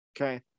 Okay